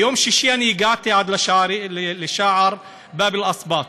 ביום שישי הגעתי עד שער באב אל-אסבאט.